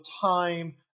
time